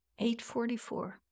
8.44